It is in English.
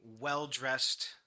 well-dressed